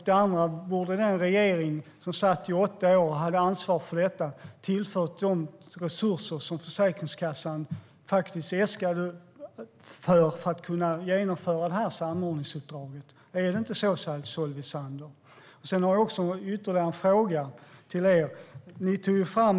Det andra är att den regering som satt i åtta år och hade ansvar för detta borde ha tillfört de resurser som Försäkringskassan äskade om för att kunna genomföra sitt samordningsuppdrag. Är det inte så, Solveig Zander? Sedan har jag en fråga till er.